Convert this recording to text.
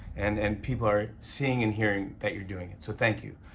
and and people are seeing and hearing that you're doing it. so, thank you.